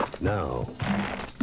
Now